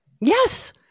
Yes